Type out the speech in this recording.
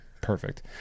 Perfect